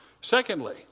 Secondly